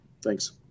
Thanks